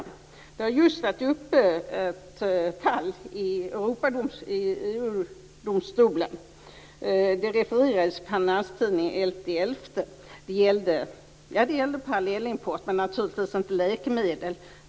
Ett fall har just varit uppe i EG-domstolen. Det refererades i Finanstidningen den 11 november. Det gällde parallellimport, men naturligtvis inte läkemedel.